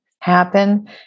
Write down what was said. happen